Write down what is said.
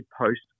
post